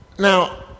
Now